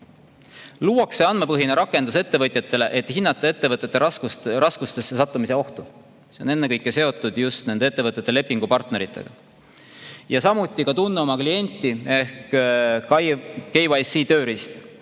Luuakse andmepõhine rakendus ettevõtjatele, et hinnata ettevõtete raskustesse sattumise ohtu. See on ennekõike seotud just nende ettevõtete lepingupartneritega. Samuti on "Tunne oma klienti" ehk KYC tööriist.